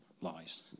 lies